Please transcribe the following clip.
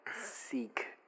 seek